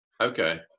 okay